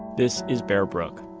this is bear brook,